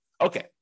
Okay